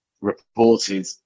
reported